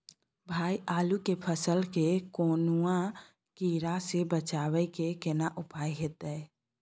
भाई आलू के फसल के कौनुआ कीरा से बचाबै के केना उपाय हैयत?